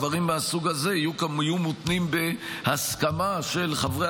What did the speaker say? דברים מהסוג הזה יהיו מותנים בהסכמה של חברי